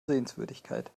sehenswürdigkeit